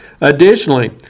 Additionally